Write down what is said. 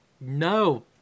no